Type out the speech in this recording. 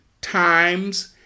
times